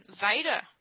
Vader